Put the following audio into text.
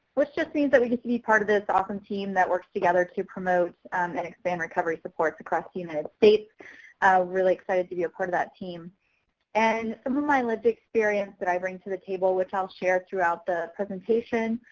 which just means that we could be part of this awesome team that works together to promote and expand recovery supports across the united states. i'm really excited to be a part of that team and some of my lived experience that i bring to the table which i'll share throughout the presentation.